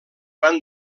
van